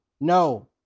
No